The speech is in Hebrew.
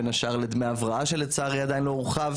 בין השאר לדמי הבראה, שלצערי עדיין לא הורחב.